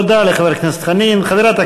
תודה לחבר הכנסת חנין.